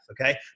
okay